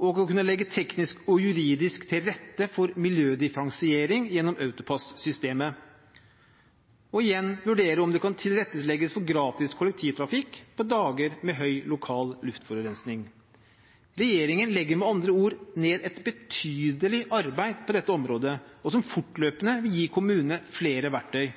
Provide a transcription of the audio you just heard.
og på å kunne legge teknisk og juridisk til rette for miljødifferensiering gjennom AutoPASS-systemet, og man vil vurdere om det kan tilrettelegges for gratis kollektivtrafikk på dager med høy lokal luftforurensning Regjeringen legger med andre ord ned et betydelig arbeid på dette området, noe som fortløpende vil gi kommunene flere verktøy.